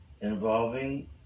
Involving